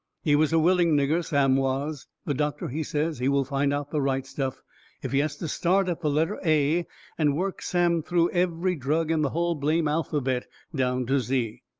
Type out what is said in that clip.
he was a willing nigger, sam was. the doctor, he says he will find out the right stuff if he has to start at the letter a and work sam through every drug in the hull blame alphabet down to z.